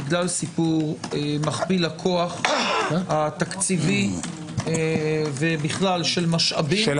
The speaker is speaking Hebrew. בגלל סיפור מכפיל הכוח התקציבי ובכלל של משאבים של